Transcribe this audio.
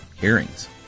hearings